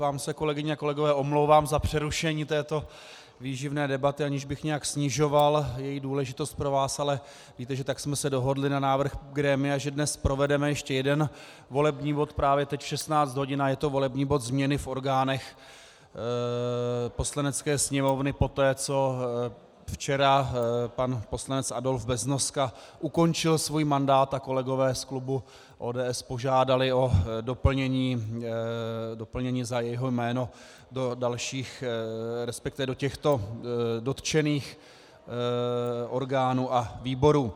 Vám se, kolegyně a kolegové, omlouvám za přerušení této výživné debaty, aniž bych nějak snižoval její důležitost pro vás, ale víte, že tak jsme se dohodli na návrh grémia, že dnes provedeme ještě jeden volební bod právě teď v 16 hodin, a je to volební bod změny v orgánech Poslanecké sněmovny, poté co včera pan poslanec Adolf Beznoska ukončil svůj mandát a kolegové z klubu ODS požádali o doplnění za jeho jméno do dalších, resp. do těchto dotčených orgánů a výborů.